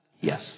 Yes